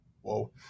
Whoa